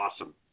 awesome